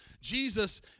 Jesus